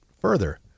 further